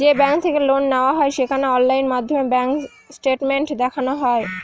যে ব্যাঙ্ক থেকে লোন নেওয়া হয় সেখানে অনলাইন মাধ্যমে ব্যাঙ্ক স্টেটমেন্ট দেখানো হয়